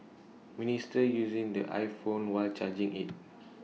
minister using the iPhone while charging IT